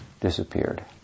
disappeared